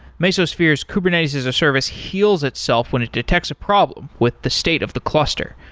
mesosphere's kubernetes-as-a-service heals itself when it detects a problem with the state of the cluster.